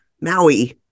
Maui